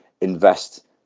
invest